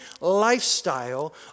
lifestyle